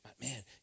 Man